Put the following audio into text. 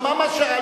שמע מה שאת,